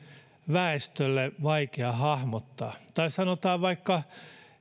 väestölle vaikea hahmottaa tai sanotaan vaikka